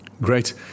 Great